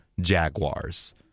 Jaguars